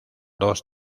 dos